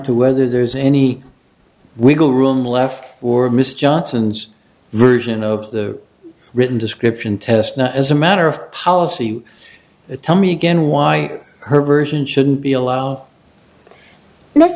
to whether there's any wiggle room left or miss johnson's version of the written description test not as a matter of policy it tell me again why her version shouldn't be allowed